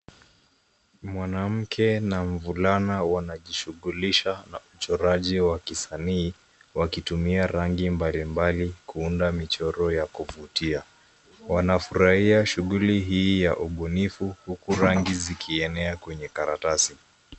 Mwanamke na mvulana wanajishughulisha na uchoraji wa kisanii, wakitumia rangi mbalimbali kuunda michoro ya kuvutia. Wanafurahia shughuli hii ya ubunifu huku rangi zikienea kwenye karatasi.